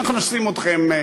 אנחנו נשים אתכם,